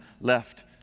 left